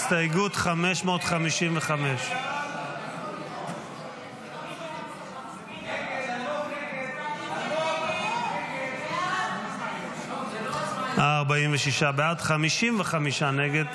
הסתייגות 555. 46 בעד, 55 נגד.